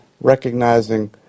recognizing